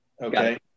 okay